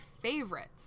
favorites